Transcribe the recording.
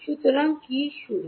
সুতরাং কি শুরু